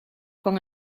con